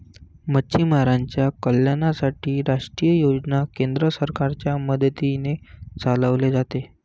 मच्छीमारांच्या कल्याणासाठी राष्ट्रीय योजना केंद्र सरकारच्या मदतीने चालवले जाते